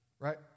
right